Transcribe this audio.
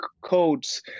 codes